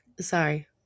Sorry